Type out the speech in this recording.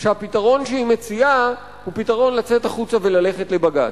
שהפתרון שהיא מציעה הוא פתרון לצאת החוצה וללכת לבג"ץ.